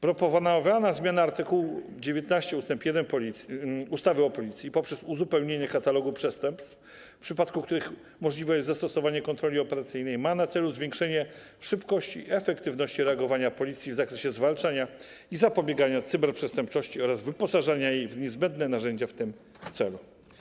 Proponowana zmiana art. 19 ust. 1 ustawy o Policji poprzez uzupełnienie katalogu przestępstw, w przypadku których możliwe jest zastosowanie kontroli operacyjnej, ma na celu zwiększenie szybkości i efektywności reagowania Policji w zakresie zwalczania i zapobiegania cyberprzestępczości oraz wyposażenia ich w niezbędne narzędzia w tym celu.